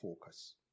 focus